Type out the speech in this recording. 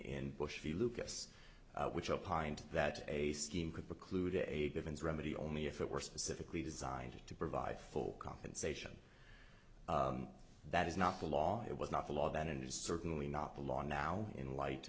in bush v lucas which opined that a scheme could preclude a remedy only if it were specifically designed to provide for compensation that is not the law it was not the law that it is certainly not the law now in light